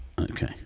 Okay